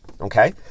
okay